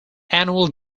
annual